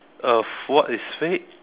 a what is fate